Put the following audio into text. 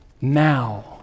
now